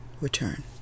return